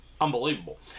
unbelievable